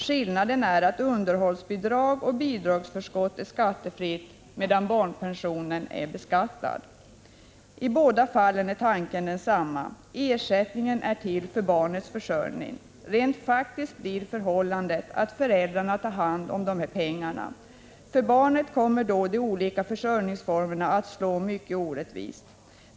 Skillnaden är att underhållsbidrag och bidragsförskott är skattefria, medan barnpension beskattas. Tanken är i båda fallen densamma: Ersättningen är till för barnets försörjning. Rent faktiskt blir förhållandet, att föräldern tar hand om dessa pengar. För barnet kommer då de olika försörjningsformerna att slå mycket orättvist.